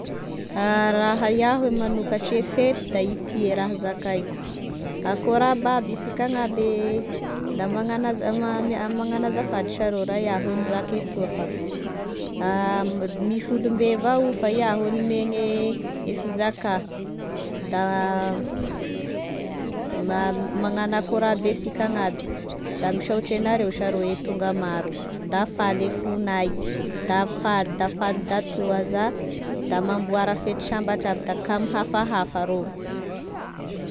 Raha iaho e magnokatry e fety da ity e raha zakaiko: Akôry aby aby isak'agnaby da magnagn- magnagnaza- magnano azafady re iaho e mizaka etoa fa misy olombe avao fa iaho e nome gne fizaka da ma- magnano akory aby asika agnaby da misaotry enareo sharô e tonga maro da faly e fonay da faly da faly da toa za, da mamboara sambatra aby da ka mihafahafa rô.